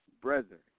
brethren